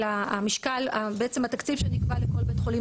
אלא המשקל בעצם התקציב שנקבע לכל בית חולים,